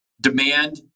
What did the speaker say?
demand